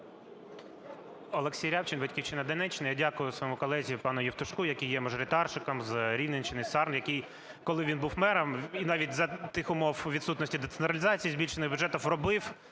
Олексій Рябчин, "Батьківщина", Донеччина. Я дякую своєму колезі пану Євтушку, який є мажоритарщиком з Рівненщини, із Сарни, який коли він був мером і навіть за тих умов відсутності децентралізації, збільшення бюджетів, робив